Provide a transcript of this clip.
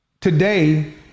today